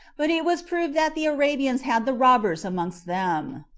but it was proved that the arabians had the robbers amongst them.